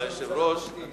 ראש הממשלה,